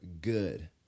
good